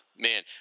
Man